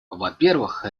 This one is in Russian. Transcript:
вопервых